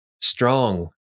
strong